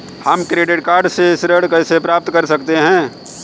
हम credit card से ऋण कैसे प्राप्त कर सकते हैं?